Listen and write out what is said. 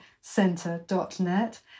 centre.net